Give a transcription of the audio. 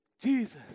Jesus